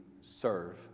serve